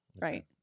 right